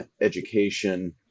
education